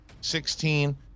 sixteen